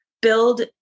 build